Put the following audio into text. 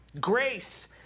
Grace